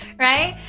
right?